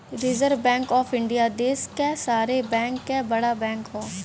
reserve bank of India देश क सारे बैंक क बड़ा बैंक हौ